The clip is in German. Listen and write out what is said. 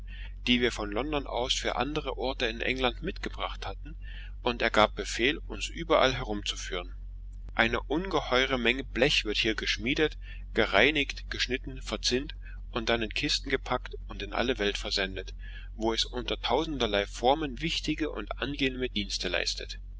die wir von london aus für andere orte in england mitgebracht hatten und er gab befehl uns überall herumzuführen eine ungeheure menge blech wird hier geschmiedet gereinigt geschnitten verzinnt und dann in kisten gepackt in alle welt versendet wo es unter tausenderlei formen wichtige und angenehme dienste leistet